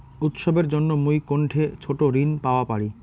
উৎসবের জন্য মুই কোনঠে ছোট ঋণ পাওয়া পারি?